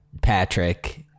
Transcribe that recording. Patrick